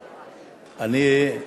אני,